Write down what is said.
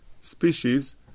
species